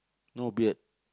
no beard